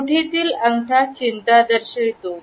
मुठतिलं अंगठा चिंता दर्शवितो